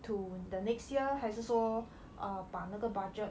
to the next year 还是说 err 把那个 budget